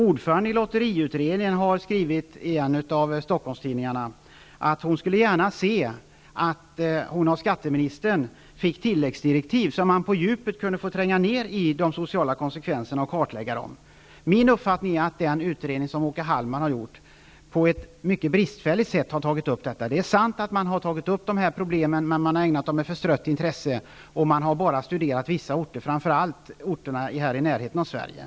Ordföranden i lotteriutredningen har i en av Stockholmstidningarna skrivit att hon gärna skulle se att hon fick tilläggsdirektiv av skatteministern, så att utredningen kunde gå på djupet med de sociala konsekvenserna och kartlägga dem. Min uppfattning är att detta i den utredning som Åke Hallman har gjort har tagits upp på ett mycket bristfälligt sätt. Det är sant att problemen har tagits upp, men de har ägnats ett förstrött intresse. Det är dessutom bara vissa orter som har studerats, framför allt i närheten av Sverige.